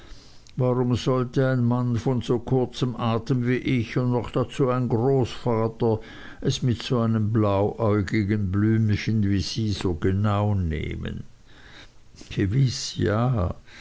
warum sollte ein mann von so kurzem atem wie ich und noch dazu ein großvater es mit so einem blauäugigen blümchen wie sie so genau nehmen gewiß ja